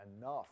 enough